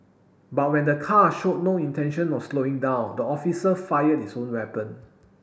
but when the car showed no intention of slowing down the officer fired his own weapon